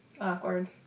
awkward